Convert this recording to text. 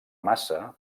massa